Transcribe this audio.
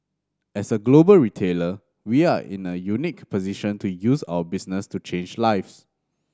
as a global retailer we are in a unique position to use our business to change lives